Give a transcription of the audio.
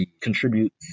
contribute